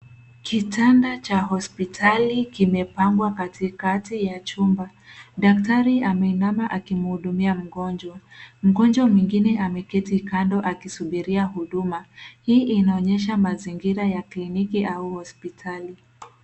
Kitanda cha hospitali kimepangwa katika kati ya chumba, daktari ameinama akimhudumia mgonjwa, mgonjwa mwingine ameketi kando akisubiria huduma. Hii inaonyesha mazingira ya kliniki au hospitali.